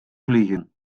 vliegen